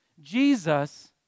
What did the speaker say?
Jesus